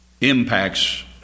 impacts